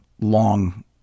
long